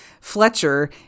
fletcher